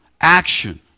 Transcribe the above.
action